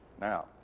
Now